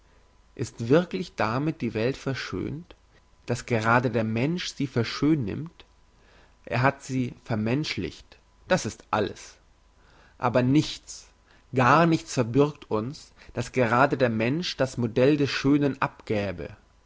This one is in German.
ist wirklich damit die welt verschönt dass gerade der mensch sie für schön nimmt er hat sie vermenschlicht das ist alles aber nichts gar nichts verbürgt uns dass gerade der mensch das modell des schönen abgäbe